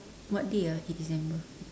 what day ah eight december